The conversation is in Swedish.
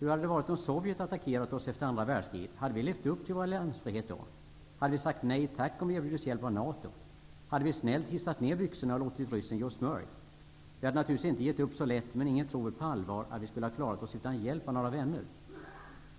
Hur hade det varit om Sovjet hade attackerat oss efter andra världskriget? Hade vi då levt upp till vår alliansfrihet? Hade vi sagt nej tack om vi hade erbjudits hjälp av NATO? Hade vi snällt hissat ner byxorna och låtit ryssen ge oss smörj? Vi hade naturligtvis inte gett upp så lätt, men ingen tror väl på allvar att vi skulle ha klarat oss utan hjälp av några vänner.